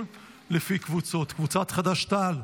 לפי קבוצות: קבוצת סיעת חד"ש-תע"ל,